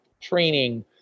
training